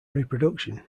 reproduction